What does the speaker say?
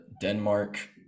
Denmark